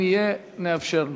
אם יהיה, נאפשר לו.